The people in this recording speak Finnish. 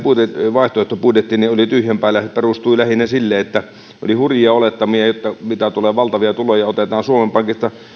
vaihtoehtobudjettinne oli tyhjän päällä perustui lähinnä hurjille olettamille että tulee valtavia tuloja otetaan suomen pankista